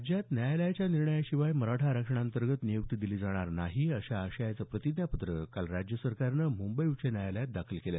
राज्यात न्यायालयाच्या निर्णयाशिवाय मराठा आरक्षणाअंतर्गत नियुक्ती दिली जाणार नाही अशा आशयाचं प्रतिज्ञापत्र काल राज्य सरकारनं मुंबई उच्च न्यायालयात दाखल केलं